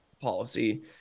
policy